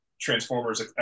Transformers